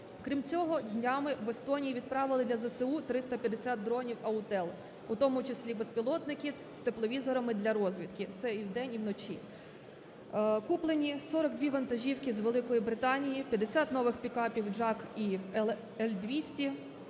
Крім цього, днями в Естонії відправили для ЗСУ 350 дронів Autel, у тому числі безпілотники з тепловізорами для розвідки. Це і вдень, і вночі. Куплені 42 вантажівки з Великої Британії, 50 нових пікапів JAC і L200,